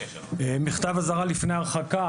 מכתב אזהרה לפני הרחקה